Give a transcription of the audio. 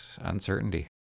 uncertainty